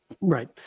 right